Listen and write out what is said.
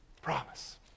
Promise